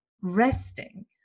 resting